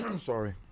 Sorry